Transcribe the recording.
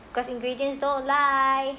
cause ingredients don't lie